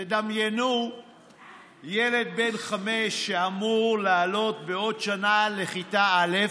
תדמיינו ילד בן חמש שאמור לעלות בעוד שנה לכיתה א',